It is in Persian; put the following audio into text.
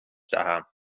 دهم